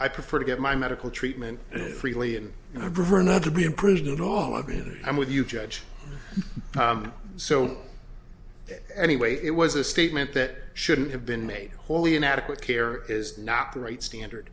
i prefer to get my medical treatment freely and i'd prefer not to be in prison at all i mean i'm with you judge so anyway it was a statement that shouldn't have been made wholly inadequate care is not the right standard